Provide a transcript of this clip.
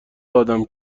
آدم